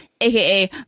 aka